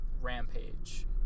Rampage